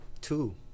Two